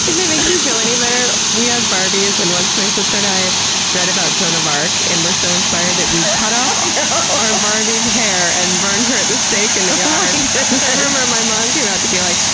if it makes you feel any better, we had barbies and once my sister and i read about joan of arc, and we were so inspired that we cut off our barbie's hair and burned her at the stake in the yard. and i remember my mom came out to be like,